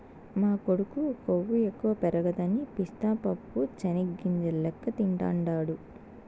మా కొడుకు కొవ్వు ఎక్కువ పెరగదని పిస్తా పప్పు చెనిగ్గింజల లెక్క తింటాండాడు